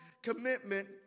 commitment